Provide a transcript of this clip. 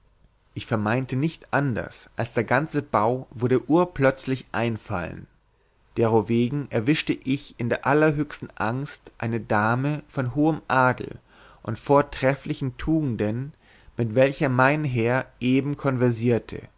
ich vermeinte nicht anders als der ganze bau würde urplötzlich einfallen derowegen erwischte ich in der allerhöchsten angst eine dame von hohem adel und vortrefflichen tugenden mit welcher mein herr eben konversierte